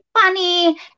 funny